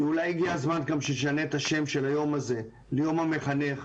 כי אולי הגיע הזמן גם שנשנה את השם של היום הזה ליום המחנך,